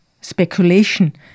speculation